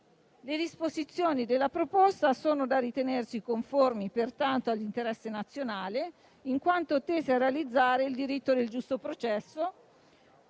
Le disposizioni della proposta sono da ritenersi conformi, pertanto, all'interesse nazionale, in quanto tese a realizzare il diritto del giusto processo